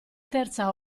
terza